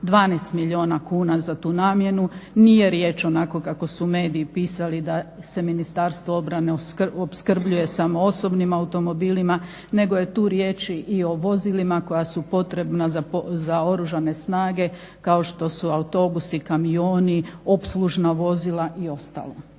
12 milijuna kuna za tu namjenu. Nije riječ onako kako su mediji pisali da se Ministarstvo obrane opskrbljuje samo osobnim automobilima, nego je tu riječi i o vozilima koja su potrebna za Oružane snage kao što su autobusi, kamioni, opslužna vozila i ostalo.